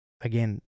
again